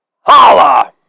Holla